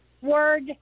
word